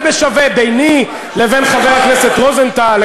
שווה בשווה ביני לבין חבר הכנסת רוזנטל,